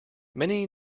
many